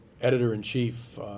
editor-in-chief